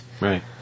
Right